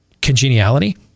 congeniality